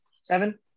seven